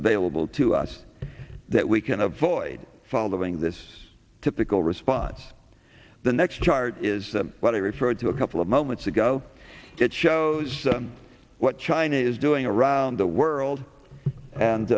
available to us that we can avoid following this typical response the next chart is what i referred to a couple of moments ago it shows what china is doing around the world and